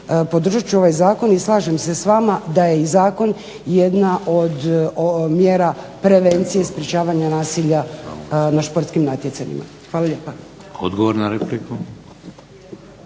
podržat ću ovaj zakon i slažem se s vama da je zakon jedna od mjera prevencije sprečavanja nasilja na sportskim natjecanjima. **Šeks, Vladimir (HDZ)** Odgovor na repliku.